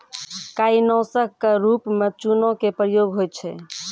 काई नासक क रूप म चूना के प्रयोग होय छै